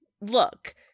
look